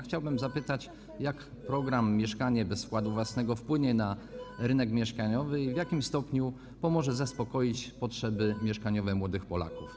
Chciałbym zapytać: Jak program: mieszkanie bez wkładu własnego wpłynie na rynek mieszkaniowy i w jakim stopniu pomoże zaspokoić potrzeby mieszkaniowe młodych Polaków?